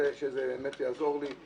שזה באמת יעזור לי.